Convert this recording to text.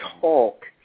talk